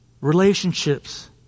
Relationships